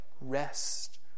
rest